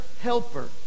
helper